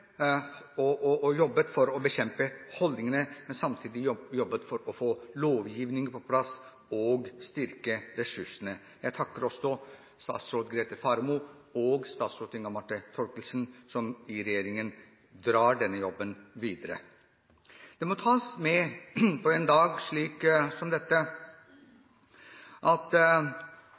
jobbet for å bekjempe holdningene. Samtidig jobbet han for å få lovgivning på plass og for å styrke ressursene. Jeg takker også statsrådene Grete Faremo og Inga Marte Thorkildsen, som i regjeringen drar denne jobben videre. Det må tas med på en dag som denne at